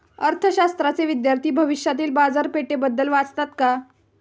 अर्थशास्त्राचे विद्यार्थी भविष्यातील बाजारपेठेबद्दल वाचतात का?